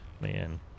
Man